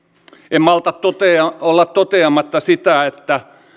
en malta olla toteamatta sitä että